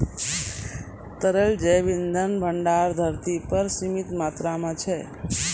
तरल जैव इंधन भंडार धरती पर सीमित मात्रा म छै